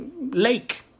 lake